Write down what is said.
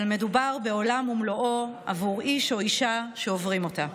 אבל מדובר בעולם ומלואו עבור איש או אישה שעוברים אותה.